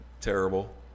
Terrible